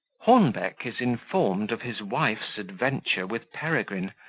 hornbeck is informed of his wife's adventure with peregrine,